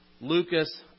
Lucas